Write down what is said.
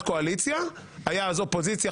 אמרתם שדרסנו,